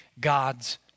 God's